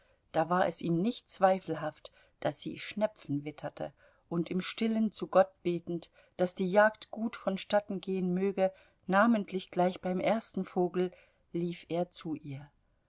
da war es ihm nicht zweifelhaft daß sie schnepfen witterte und im stillen zu gott betend daß die jagd gut vonstatten gehen möge namentlich gleich beim ersten vogel lief er zu ihr